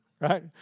Right